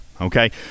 okay